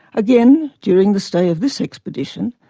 again, during the stay of this expedition,